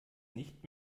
nicht